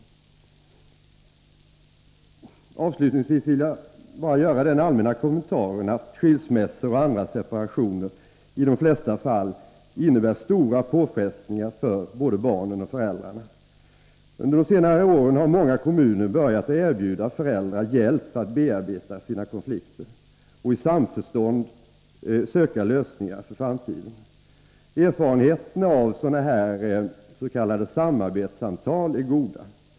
Avslutningsvis vill jag göra den allmänna kommentaren att skilsmässor och andra separationer i de flesta fall innebär stora påfrestningar för både barnen och föräldrarna. Under de senaste åren har många kommuner börjat erbjuda föräldrarna hjälp att bearbeta sina konflikter och i samförstånd söka lösningar för framtiden. Erfarenheterna av sådana här s.k. samarbetssamtal är goda.